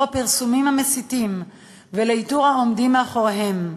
הפרסומים המסיתים ולאיתור העומדים מאחוריהם,